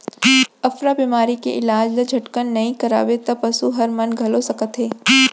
अफरा बेमारी के इलाज ल झटकन नइ करवाबे त पसू हर मन घलौ सकत हे